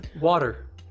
Water